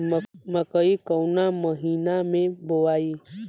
मकई कवना महीना मे बोआइ?